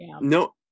No